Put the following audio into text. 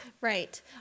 Right